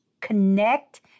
connect